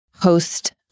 host